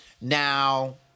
Now